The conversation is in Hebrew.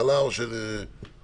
(מוצגת מצגת)